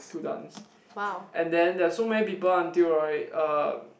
to dance and then there's so many people until right um